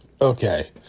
Okay